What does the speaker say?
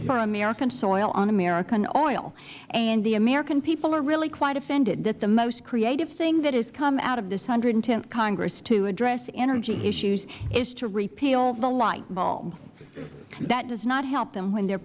for american oil on american soil and the american people are really quite offended that the most creative thing that has come out of this th congress to address energy issues is to repeal the light bulb that does not help them when they